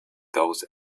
those